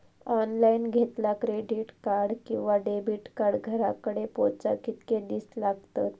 Online घेतला credit card किंवा debit card घराकडे पोचाक कितके दिस लागतत?